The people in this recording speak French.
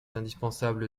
indispensable